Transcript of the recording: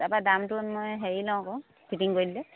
তাৰপৰা দামটো মই হেৰি লওঁ আকৌ ফিটিং কৰি দিলে